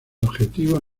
objetivos